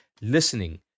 listening